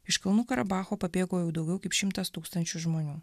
iš kalnų karabacho pabėgo jau daugiau kaip šimtas tūkstančių žmonių